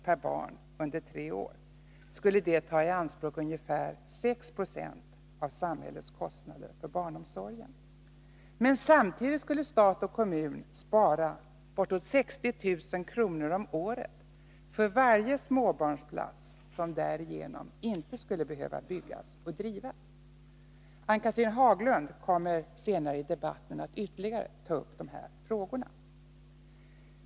per barn under tre år, skulle det ta i anspråk ca 6 20 av samhällets kostnader för barnomsorgen. Men samtidigt skulle stat och kommun spara ca 60 000 kr. om året för varje småbarnsplats, som därigenom inte skulle behöva byggas och drivas. Ann-Cathrine Haglund kommer senare i debatten att ytterligare ta upp de här frågorna.